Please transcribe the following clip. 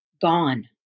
Gone